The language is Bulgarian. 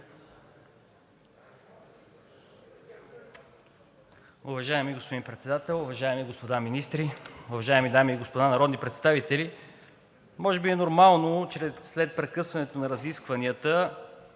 Уважаеми господин Председател, уважаеми господа министри, уважаеми дами и господа народни представители! Може би е нормално, че след прекъсването на разискванията